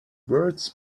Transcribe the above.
words